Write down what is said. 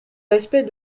l’aspect